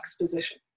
position